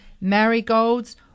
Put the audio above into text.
marigolds